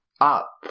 up